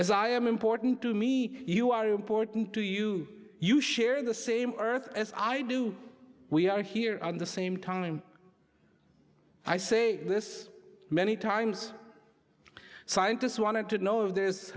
as i am important to me you are important to you you share the same earth as i do we are here on the same time i say this many times scientists wanted to know of this